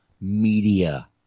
media